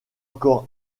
encore